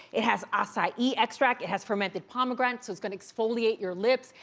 it has acai extract, it has fermented pomegranate. so it's gonna exfoliate your lips.